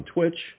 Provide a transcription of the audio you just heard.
Twitch